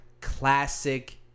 classic